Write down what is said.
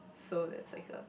so it's like a